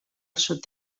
sud